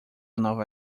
nova